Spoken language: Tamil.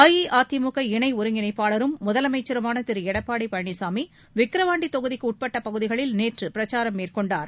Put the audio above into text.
அஇஅதிமுக இணை ஒருங்கிணைப்பாளரும் முதலமைச்சருமான திரு எடப்பாடி பழனிசாமி விக்கிரவாண்டி தொகுதிக்குட்பட்ட பகுதிகளில் நேற்று பிரச்சாரம் மேற்கொண்டார்